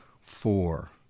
four